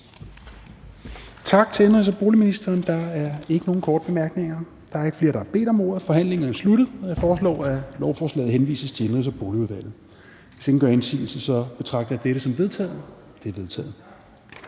Tak til indenrigs- og boligministeren. Der er ikke nogen korte bemærkninger. Der er ikke flere, der har bedt om ordet, så forhandlingen er sluttet. Jeg foreslår, at lovforslaget henvises til Indenrigs- og Boligudvalget. Hvis ingen gør indsigelse, betragter jeg dette som vedtaget. Det er vedtaget